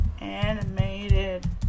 animated